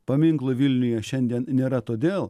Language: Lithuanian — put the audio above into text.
paminklo vilniuje šiandien nėra todėl